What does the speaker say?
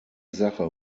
sache